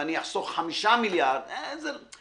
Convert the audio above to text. ואני אחסוך 5 מיליארד - האמת,